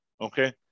okay